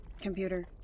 Computer